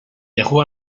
yahoo